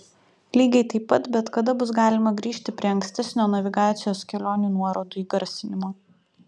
lygiai taip pat bet kada bus galima grįžti prie ankstesnio navigacijos kelionių nuorodų įgarsinimo